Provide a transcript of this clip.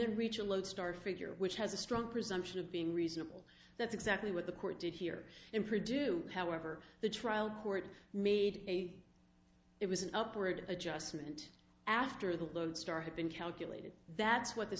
then reach a lodestar figure which has a strong presumption of being reasonable that's exactly what the court did here in produce however the trial court made it was an upward adjustment after the lodestar had been calculated that's what the